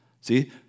See